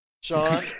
Sean